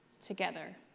together